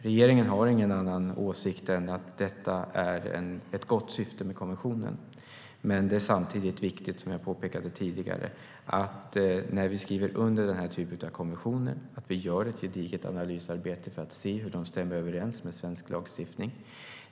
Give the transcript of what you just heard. Regeringen har ingen annan åsikt än att det är ett gott syfte med konventionen. Men det är samtidigt viktigt, som jag påpekade tidigare, att vi, när vi skriver under den här typen av konventioner, gör ett gediget analysarbete för att se hur de stämmer överens med svensk lagstiftning.